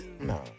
No